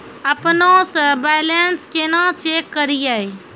अपनों से बैलेंस केना चेक करियै?